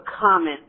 comment